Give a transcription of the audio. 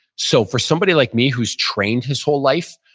so for somebody like me who's trained his whole life,